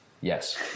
Yes